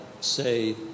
say